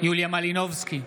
יוליה מלינובסקי,